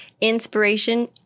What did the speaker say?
inspiration